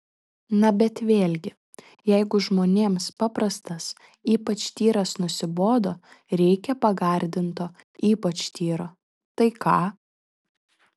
na bet vėlgi jeigu žmonėms paprastas ypač tyras nusibodo reikia pagardinto ypač tyro tai ką